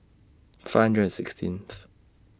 five hundred and sixteenth